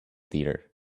theatre